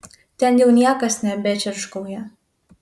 ten jau niekas nebečirškauja